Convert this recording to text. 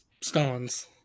stones